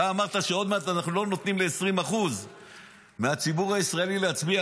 אתה אמרת שעוד מעט אנחנו לא נותנים ל-20% מהציבור הישראלי להצביע.